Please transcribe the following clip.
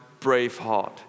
Braveheart